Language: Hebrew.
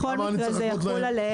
בכל מקרה זה יחול עליהם.